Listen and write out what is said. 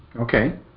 Okay